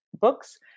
Books